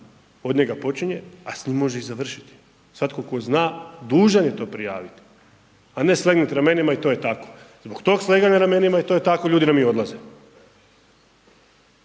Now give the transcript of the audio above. od njega počine, a s njim može i završiti, svatko tko zna dužan je to prijaviti, a ne slegnuti ramenima i to je tako, zbog tog sleganja ramenima i to je tako ljudi nam i odlaze.